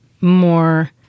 more